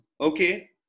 okay